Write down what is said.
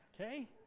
okay